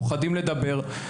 פוחדים לדבר,